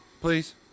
please